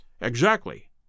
Exactly